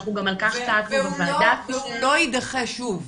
אנחנו גם על כך בוועדה --- והוא לא יידחה שוב,